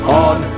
on